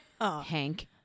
Hank